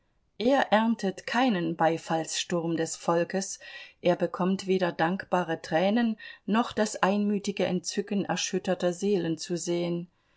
er erntet keinen beifallssturm des volkes er bekommt weder dankbare tränen noch das einmütige entzücken erschütterter seelen zu sehen